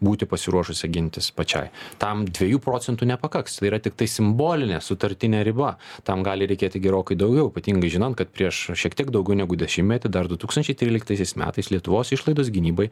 būti pasiruošusią gintis pačiai tam dviejų procentų nepakaks tai yra tiktai simbolinė sutartinį riba tam gali reikėti gerokai daugiau ypatingai žinant kad prieš šiek tiek daugiau negu dešimtmetį dar du tūkstančiai tryliktaisiais metais lietuvos išlaidos gynybai